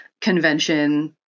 convention